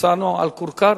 נסענו על כורכר,